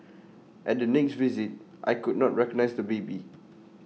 at the next visit I could not recognise the baby